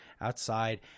outside